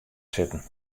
sitten